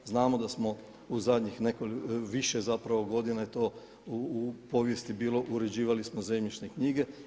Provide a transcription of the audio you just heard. Znamo da smo u zadnjih nekoliko, više zapravo godina je to u povijesti bilo, uređivali smo zemljišne knjige.